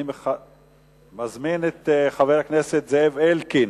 אני מזמין את חבר הכנסת זאב אלקין,